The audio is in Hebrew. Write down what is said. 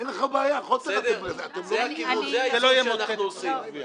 זה האיזון שאנחנו עושים.